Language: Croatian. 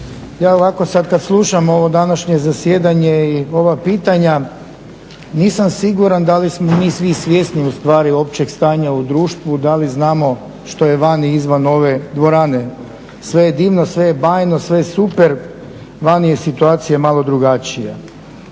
ja ovako sad kad slušam ovo današnje zasjedanje i ova pitanja nisam siguran da li smo mi svi svjesni ustvari općeg stanja u društvu, da li znamo što je vani izvan ove dvorane? Sve je divno, sve je bajno, sve je super, vani je situacija malo drugačija.